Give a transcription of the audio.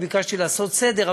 אני ביקשתי לעשות סדר,